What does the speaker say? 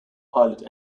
pilot